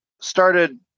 started